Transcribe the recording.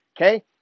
okay